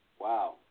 Wow